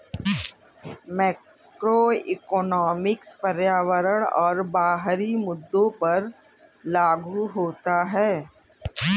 macroeconomics पर्यावरण और बाहरी मुद्दों पर लागू होता है